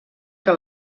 que